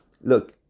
look